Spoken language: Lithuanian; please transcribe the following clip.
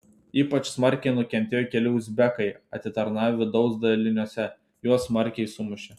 ypač smarkiai nukentėjo keli uzbekai atitarnavę vidaus daliniuose juos smarkiai sumušė